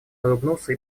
улыбнулся